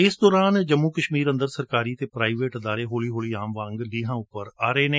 ਇਸ ਦੌਰਾਨ ਜੰਮੁ ਕਸ਼ਮੀਰ ਅੰਦਰ ਸਰਕਾਰੀ ਅਤੇ ਪ੍ਰਾਈਵੇਟ ਅਦਾਰੇ ਹੋਲੀ ਹੋਲੀ ਆਮ ਵਾਂਗ ਲੀਹਾਂ ਤੇ ਆ ਰਹੇ ਨੇ